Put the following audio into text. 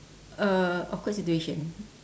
uh awkward situation